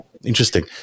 Interesting